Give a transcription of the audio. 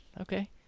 Okay